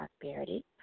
prosperity